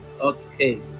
Okay